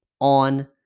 on